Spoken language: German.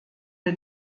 the